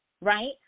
right